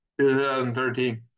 2013